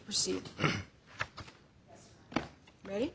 proceed right